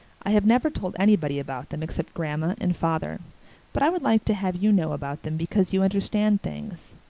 i have never told anybody about them except grandma and father but i would like to have you know about them because you understand things.